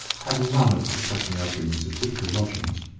had none of the depressing ugliness of typical lodgings.